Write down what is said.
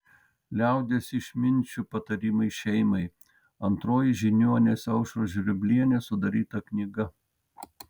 liaudies išminčių patarimai šeimai antroji žiniuonės aušros žvirblienės sudaryta knyga